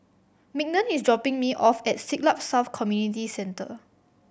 Mignon is dropping me off at Siglap South Community Centre